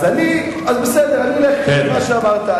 אז בסדר, אני אלך עם מה שאמרת.